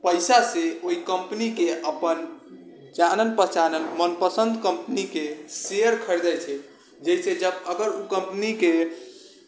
पैसासँ ओहि कम्पनीके अपन जानल पहचानल मनपसन्द कम्पनीके शेयर खरिदै छै जाहिसँ जब अगर ओ कम्पनीके